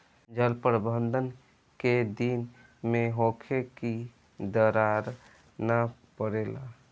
जल प्रबंधन केय दिन में होखे कि दरार न परेला?